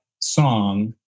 song